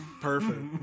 Perfect